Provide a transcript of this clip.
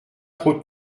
trop